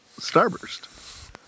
Starburst